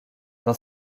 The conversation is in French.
dans